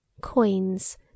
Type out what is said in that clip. coins